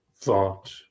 thought